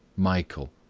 michael.